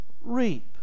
reap